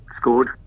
scored